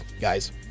guys